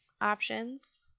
options